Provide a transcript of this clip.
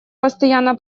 постоянно